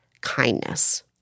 kindness